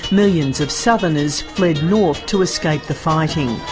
millions of southerners fled north to escape the fighting.